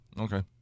Okay